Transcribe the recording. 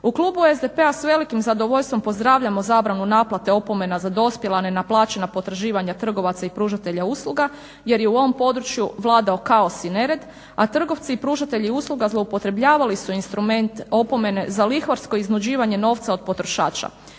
U klubu SDP-a sa velikim zadovoljstvo pozdravljamo zabranu naplate opomena za dospjele nenaplaćena potraživanja trgovaca i pružatelja usluga, jer je u ovom području vladao kaos i nered, a trgovci i pružatelji usluga zloupotrebljavali su instrument opomene za lihvarsko iznuđivanje novca od potrošača.